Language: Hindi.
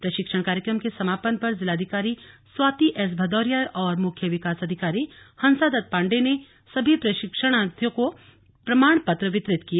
प्रशिक्षण कार्यक्रम के समापन पर जिलाधिकारी स्वाति एस भदौरिया और मुख्य विकास अधिकारी हंसादत्त पांडे ने सभी प्रशिक्षणार्थियों को प्रमाण पत्र वितरित किए